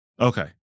Okay